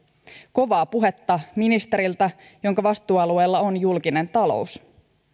kovaa puhetta ministeriltä jonka vastuualueella on julkinen talous